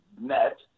net